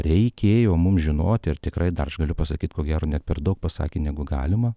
reikėjo mums žinoti ar tikrai dar aš galiu pasakyt ko gero net per daug pasakė negu galima